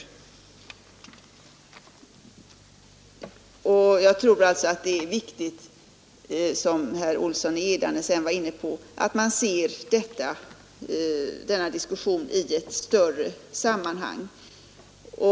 Jag tror alltså att det är viktigt, vilket herr Olsson i Edane sedan var inne på, att man ser denna diskussion i ett större sammanhang.